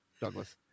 Douglas